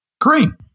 Green